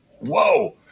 Whoa